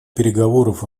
переговоров